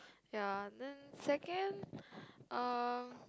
ya then second um